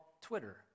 Twitter